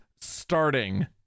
starting